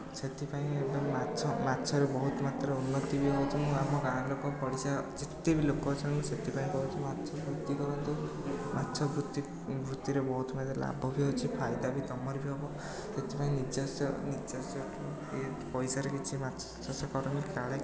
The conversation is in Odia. ସେଥିପାଇଁ ଏବେ ମାଛ ମାଛରେ ବହୁତ ମାତ୍ରାରେ ଉନ୍ନତି ବି ହୋଉଛି ମୁଁ ଆମ ଗାଁ ଲୋକ ପଡ଼ିଶା ଯେତେବି ଲୋକ ଅଛନ୍ତି ମୁଁ ସେଥିପାଇଁ କହୁଛି ମାଛ ବୃତ୍ତି କରନ୍ତୁ ମାଛ ବୃତ୍ତି ବୃତ୍ତିରେ ବହୁତ ଫାଇଦା ଲାଭ ବି ଅଛି ଫାଇଦା ବି ତୁମର ବି ହବ ସେଥିପାଇଁ ନିଜସ୍ୱ ନିଜସ୍ୱ ପଇସାରେ କିଛି ମାଛ ଚାଷ କରନ୍ତୁ କାଳେ